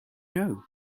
know